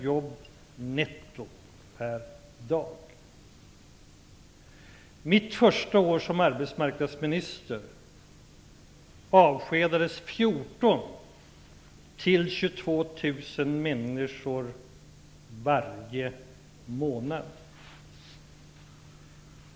Under mitt första år som arbetsmarknadsminister avskedades 14 000-22 000 människor varje månad.